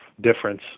difference